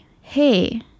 hey